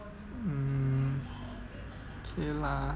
mm K lah